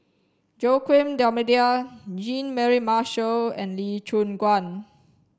Joaquim D'almeida Jean Mary Marshall and Lee Choon Guan